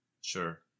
Sure